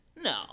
No